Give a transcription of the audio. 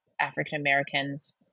African-Americans